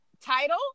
title